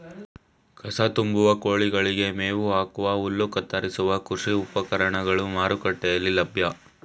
ಕಸ ತುಂಬುವ, ಕೋಳಿಗಳಿಗೆ ಮೇವು ಹಾಕುವ, ಹುಲ್ಲು ಕತ್ತರಿಸುವ ಕೃಷಿ ಉಪಕರಣಗಳು ಮಾರುಕಟ್ಟೆಯಲ್ಲಿ ಲಭ್ಯ